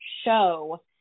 show